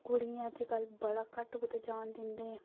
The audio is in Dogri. कुडियां अजकल बडा घट्ट कुतै जान दिंदे